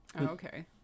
okay